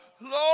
lord